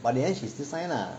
but in the end she still sign lah